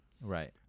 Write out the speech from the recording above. Right